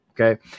Okay